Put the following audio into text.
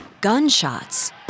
gunshots